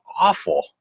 awful